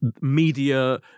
media